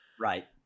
Right